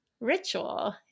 ritual